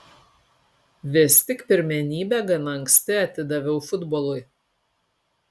vis tik pirmenybę gana anksti atidaviau futbolui